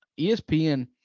ESPN